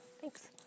Thanks